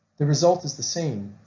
the result is the same,